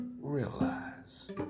Realize